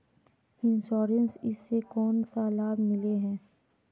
Insurance इस से कोन सा लाभ मिले है?